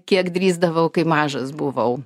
kiek drįsdavau kai mažas buvau